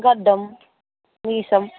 గడ్డం మీసం